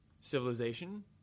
civilization